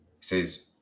says